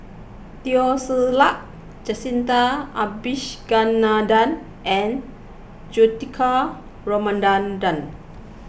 Teo Ser Luck Jacintha Abisheganaden and Juthika Ramanathan